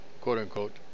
quote-unquote